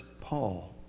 Paul